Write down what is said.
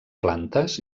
plantes